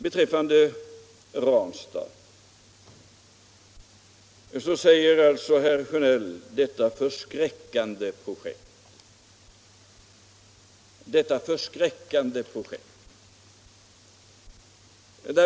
Beträffande Ranstad talar herr Sjönell om ”detta förskräckande projekt”.